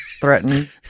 threatened